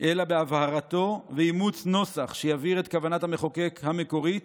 אלא בהבהרתו ואימוץ נוסח שיבהיר את כוונת המחוקק המקורית